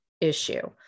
issue